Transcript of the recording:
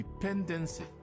dependency